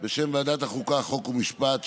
בשם ועדת החוקה חוק ומשפט,